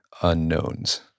unknowns